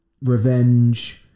revenge